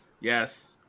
yes